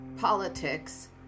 politics